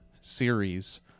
series